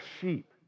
sheep